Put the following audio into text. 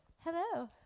Hello